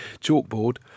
chalkboard